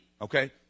okay